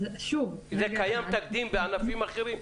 זה קיים תקדים בענפים אחרים?